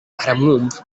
aramwumva